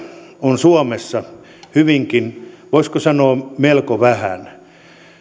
on suomessa voisiko sanoa melko vähän